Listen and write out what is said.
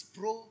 Pro